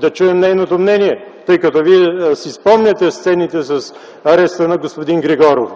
да чуем нейното мнение? Тъй като вие си спомняте сцените с ареста на господин Григоров.